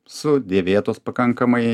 sudėvėtos pakankamai